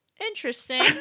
Interesting